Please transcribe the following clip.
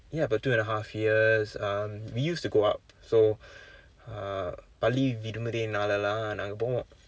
ya about two and a half years um we used to go up so uh பள்ளி விடுமுறை நாள் எல்லாம் நம்ம போவோம்:palli vidumurai naal ellaam namma poovoom